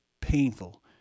painful